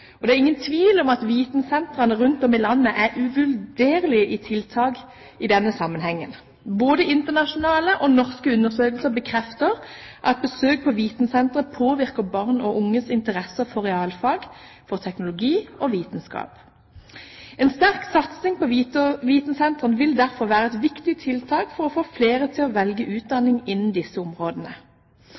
Det er ingen tvil om at vitensentrene rundt om i landet er uvurderlige tiltak i denne sammenhengen. Både internasjonale og norske undersøkelser bekrefter at besøk på vitensentre påvirker barn og unges interesse for realfag, teknologi og vitenskap. En sterk satsing på vitensentrene vil derfor være et viktig tiltak for å få flere til å velge utdanning innen disse områdene.